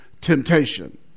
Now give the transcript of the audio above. temptation